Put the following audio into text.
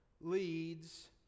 leads